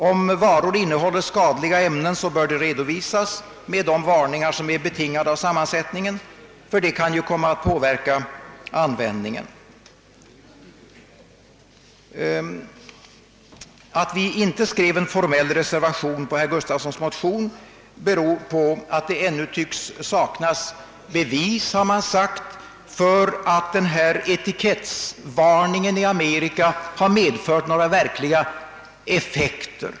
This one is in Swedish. Om varor innehåller skadliga ämnen bör det redovisas med de varningar som är betingade av sammansättningen, ty det kan komma att påverka användningen. Att vi inte skrev en formell reservation i anledning av herr Gustafssons motion beror på att det hävdats att man ännu saknar bevis för att etikettsvarningen i Amerika medfört några verkliga effekter.